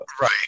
Right